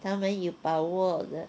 他们有保握的